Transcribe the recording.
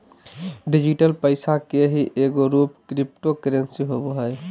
digital पैसा के ही एगो रूप क्रिप्टो करेंसी होवो हइ